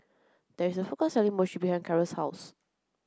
there is a food court selling Mochi behind Carrol's house